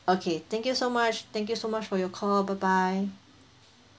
okay thank you so much thank you so much for your call bye bye